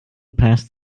passed